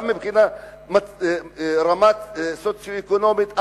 גם מבחינת רמה סוציו-אקונומית,